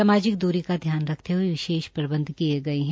सामाजिक दूरी का ध्यान रखते हये विशेष प्रबंध किये गये है